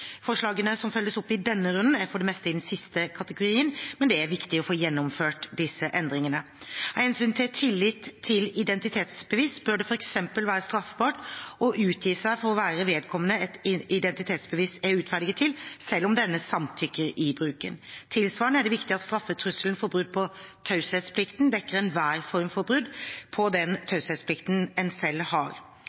Forslagene som følges opp i denne runden, er for det meste i den siste kategorien, men det er viktig å få gjennomført disse endringene. Av hensyn til tillit til identitetsbevis bør det f.eks. være straffbart å utgi seg for å være vedkommende et identitetsbevis er utferdiget til, selv om denne samtykker i bruken. Tilsvarende er det viktig at straffetrusselen for brudd på taushetsplikten dekker enhver form for brudd på den taushetsplikten en selv har.